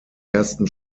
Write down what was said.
ersten